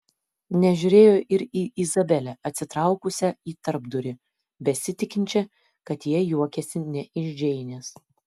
nežiūrėjo ir į izabelę atsitraukusią į tarpdurį besitikinčią kad jie juokiasi ne iš džeinės